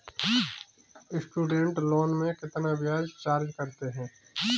Student loan में कितना ब्याज चार्ज करते हैं?